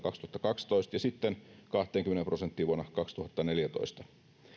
kaksituhattakaksitoista ja sitten kahteenkymmeneen prosenttiin vuonna kaksituhattaneljätoista